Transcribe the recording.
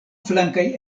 flankaj